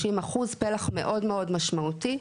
30 אחוז, פלח מאוד מאוד משמעותי.